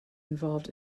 involved